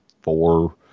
four